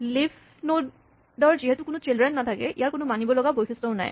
leaf node ৰ যিহেতু কোনো চিল্ড্ৰেন নাথাকে ইয়াৰ কোনো মানিবলগীয়া বৈশিষ্টও নাই